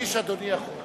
להדגיש אדוני יכול.